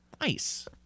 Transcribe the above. Nice